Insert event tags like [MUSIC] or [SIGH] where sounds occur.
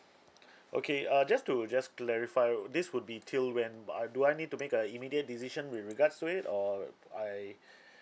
[BREATH] okay uh just to just clarify w~ this would be till when but I do I need to make a immediate decision with regards to it or I [BREATH]